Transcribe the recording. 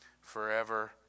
forever